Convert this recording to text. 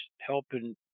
helping